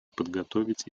подготовить